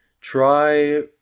try